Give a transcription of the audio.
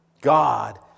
God